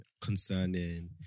concerning